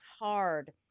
hard